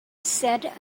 said